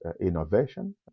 innovation